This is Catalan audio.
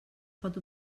pot